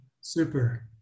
Super